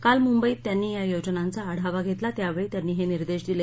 काल मुंबईत त्यांनी या योजनांचा आढावा घेतला त्यावेळी त्यांनी हे निर्देश दिले